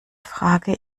frage